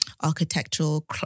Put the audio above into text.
architectural